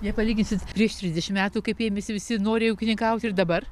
jei palyginsit prieš trisdešim metų kaip ėmėsi visi noriai ūkininkauti ir dabar